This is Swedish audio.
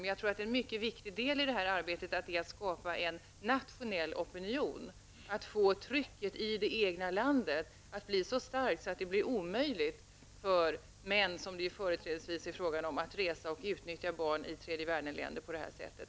Men jag tror att en mycket viktig del i detta arbete är att skapa en nationell opinion, att få ett tryck i det egna landet som blir så starkt att det blir omöjligt för män, som det företrädesvis är fråga om, att resa till länder i tredje världen och utnyttja barn på detta sätt.